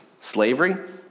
slavery